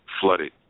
flooded